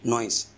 Noise